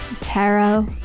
tarot